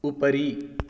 उपरि